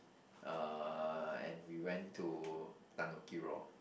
uh and we went to Tanuki-Raw